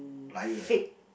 liar